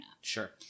sure